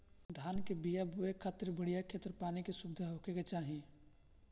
धान कअ बिया के बोए खातिर बढ़िया खेत अउरी पानी के सुविधा होखे के चाही